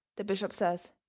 the bishop says,